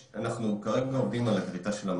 --- רגע, הרמת לי להנחתה.